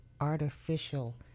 artificial